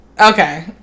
okay